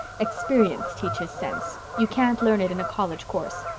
experience teaches sense. you can't learn it in a college course.